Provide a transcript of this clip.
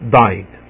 died